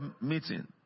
meeting